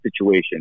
situation